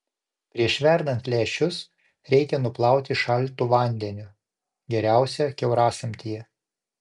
prieš verdant lęšius reikia nuplauti šaltu vandeniu geriausia kiaurasamtyje